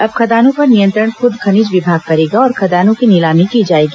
अब खदानों पर नियंत्रण खुद खनिज विभाग करेगा और खदानों की नीलामी की जाएगी